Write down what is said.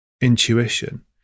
intuition